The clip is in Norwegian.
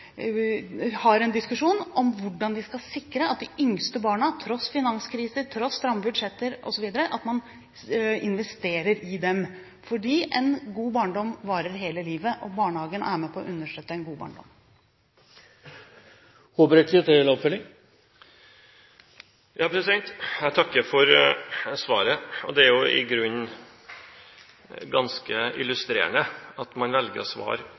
at man investerer i de yngste barna, fordi en god barndom varer hele livet, og barnehagen er med på å understøtte en god barndom. Jeg takker for svaret, og det er i grunnen ganske illustrerende at man velger å svare